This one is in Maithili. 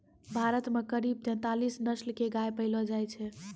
भारत मॅ करीब तेतालीस नस्ल के गाय पैलो जाय छै